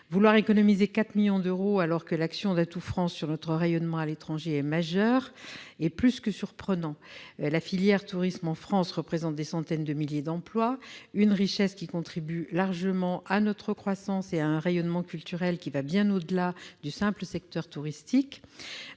Vouloir économiser 4 millions d'euros, alors que l'action d'Atout France sur notre rayonnement à l'étranger est majeure, est plus que surprenant. La filière du tourisme représente des centaines de milliers d'emplois en France. Cette richesse contribue largement à notre croissance et à un rayonnement culturel qui va bien au-delà du simple secteur touristique.